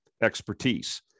expertise